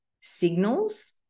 signals